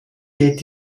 geht